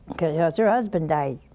cause her husband died.